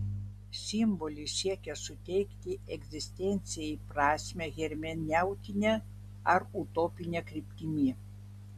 simbolis siekia suteikti egzistencijai prasmę hermeneutine ar utopine kryptimi